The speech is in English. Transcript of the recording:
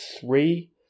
three